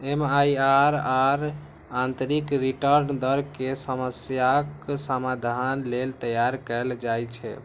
MIRR आंतरिक return दर के समस्याक समाधान लेल तैयार कैल जाइ छै